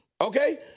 Okay